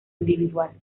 individual